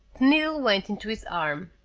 needle went into his arm.